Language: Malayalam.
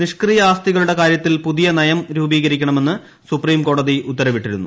നിഷ്ക്രിയ ആസ്തികളുടെ കാര്യത്തിൽ പുതിയ നയം രൂപീകരിക്കണമെന്ന് സുപ്രീംകോടതി ഉത്തരവിട്ടിരുന്നു